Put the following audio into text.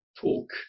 talk